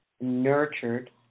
nurtured